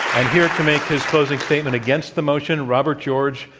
and here to make his closing statement against the motion, robert george,